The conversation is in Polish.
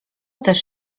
też